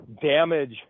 damage